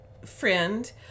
friend